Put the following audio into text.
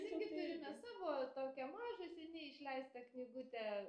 irgi turime savo tokią mažą seniai išleistą knygutę